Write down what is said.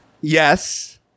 yes